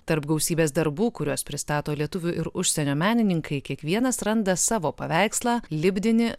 tarp gausybės darbų kuriuos pristato lietuvių ir užsienio menininkai kiekvienas randa savo paveikslą lipdinį